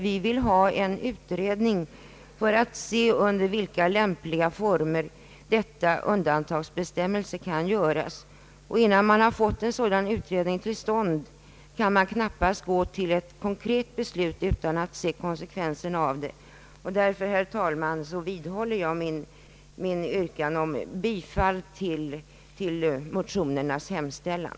Vi vill ha en utredning för att se under vilka lämpliga former undantag kan göras. Innan en sådan utredning har kommit till stånd kan vi knappast gå till ett konkret beslut. I annat fall kan vi inte bedöma konsekvenserna. Jag vidhåller därför, herr talman, mitt yrkande om bifall till motionärernas hemställan.